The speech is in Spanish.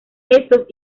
estos